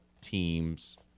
team's